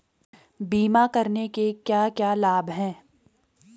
बीमा करने के क्या क्या लाभ हैं?